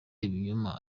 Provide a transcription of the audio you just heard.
ibinyoma